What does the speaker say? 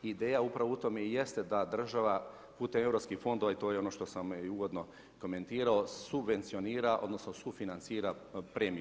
Ideja upravo u tome i jeste, da država putem europskih fondova i to je ono što sam i uvodno komentirao subvencija, odnosno, sufinancira premiju.